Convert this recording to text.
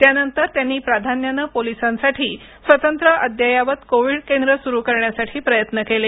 त्यानंतर त्यांनी प्राधान्याने पोलिसांसाठी स्वतंत्र अद्ययावत कोविड केंद्र सुरू करण्यासाठी प्रयत्न केले